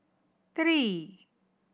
three